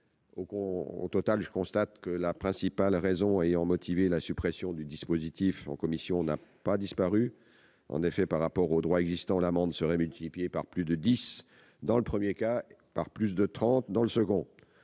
Au total, je constate que la principale raison ayant motivé la suppression du dispositif en commission n'a pas disparu. En effet, par rapport au droit existant, l'amende serait multipliée par plus de dix dans le premier cas, et plus de trente dans le second.